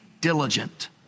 diligent